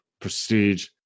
prestige